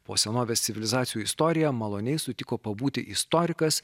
po senovės civilizacijų istoriją maloniai sutiko pabūti istorikas